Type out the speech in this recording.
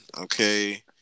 okay